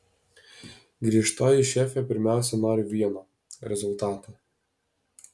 griežtoji šefė pirmiausia nori vieno rezultatų